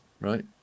Right